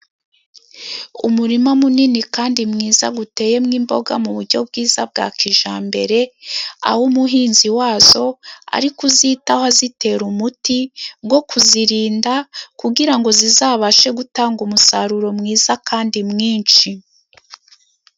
Umurima munini kandi mwiza, uteyemo imboga mu buryo bwiza bwa kijyambere， aho umuhinzi wazo ari kuzitaho, azitera umuti wo kuzirinda, kugira ngo zizabashe gutanga umusaruro mwiza, kandi mwinshi.